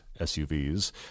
SUVs